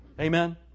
Amen